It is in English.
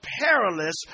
perilous